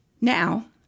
Now